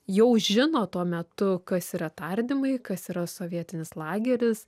jau žino tuo metu kas yra tardymai kas yra sovietinis lageris